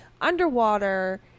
underwater